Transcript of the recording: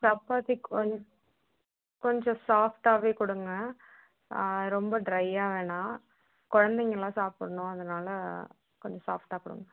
சப்பாத்தி கொஞ்சம் கொஞ்சம் சாஃப்ட்டாகவே கொடுங்க ரொம்ப ட்ரையாக வேணா குழந்தைங்கலாம் சாப்பிடுணும் அதனால் கொஞ்சம் சாஃப்ட்டாக கொடுங்க